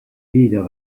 peder